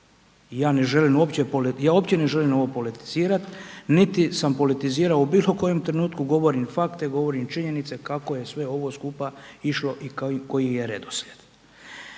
ne uopće želim ovo politizirat, niti sam politizirao u bilokojem trenutku, govorim fakte, govorim činjenice kako je sve ovo skupa išlo i koji je redoslijed.